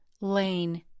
Lane